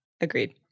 Agreed